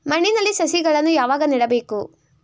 ಮಣ್ಣಿನಲ್ಲಿ ಸಸಿಗಳನ್ನು ಯಾವಾಗ ನೆಡಬೇಕು?